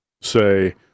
say